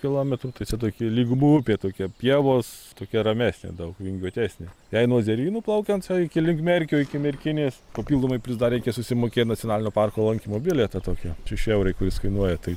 kilometrų tai cia toki lygumų upė tokia pievos tokia ramesnė daug vingiuotesnė jei nuo zervynų plaukiant ca iki link merkio iki merkinės papildomai plius dar reikia susimokėt nacionalinio parko lankymo bilietą tokį šeši eurai kuris kainuoja tai